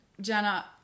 Jenna